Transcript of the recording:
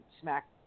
smack